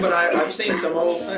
but i've seen some old